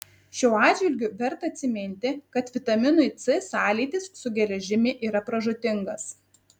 šiuo atžvilgiu verta atsiminti kad vitaminui c sąlytis su geležimi yra pražūtingas